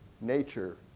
nature